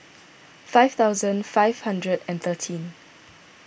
five thousand five hundred and thirteen